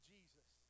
Jesus